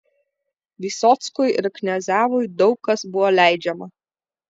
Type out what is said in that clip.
vysockui ir kniazevui daug kas buvo leidžiama